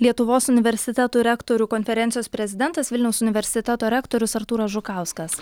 lietuvos universitetų rektorių konferencijos prezidentas vilniaus universiteto rektorius artūras žukauskas